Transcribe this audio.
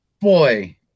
boy